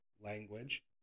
language